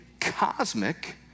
cosmic